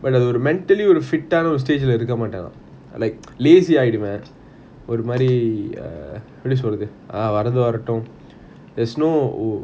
but அது ஒரு:athu oru mentally fit அனா:ana stage lah இருக்க மாட்டான்:iruka matan like lazy ஆயிடுவான் ஒரு மாறி எப்பிடி சொல்றது வரத்து வரட்டும்:aayeduvan oru maari epidi solrathu varathu varatum there's no